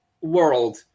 world